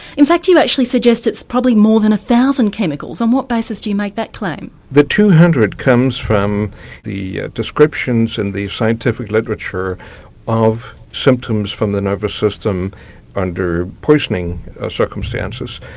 in fact you you actually suggest it's probably more than a thousand chemicals on what basis do you make that claim? the two hundred comes from the descriptions and the scientific literature of symptoms from the nervous system under poisoning circumstances.